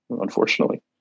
unfortunately